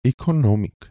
economic